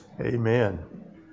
amen